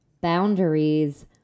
boundaries